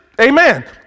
Amen